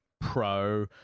Pro